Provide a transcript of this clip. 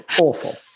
awful